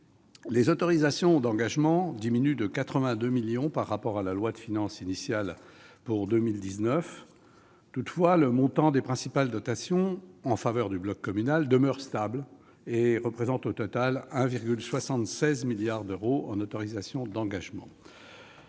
Les autorisations d'engagement diminuent de 82 millions d'euros par rapport à la loi de finances initiale pour 2019. Toutefois, le montant des principales dotations en faveur du bloc communal demeure stable. Il représente, au total, 1,76 milliard d'euros en autorisations d'engagement.